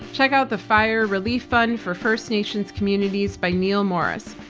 check out the fire relief fund for first nations communities by neil morris.